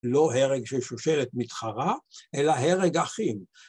לא הרג של שושלת מתחרה, אלא הרג אחים.